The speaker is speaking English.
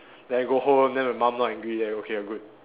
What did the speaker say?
then go home then my mum not angry then okay ah good